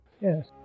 Yes